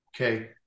okay